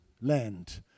land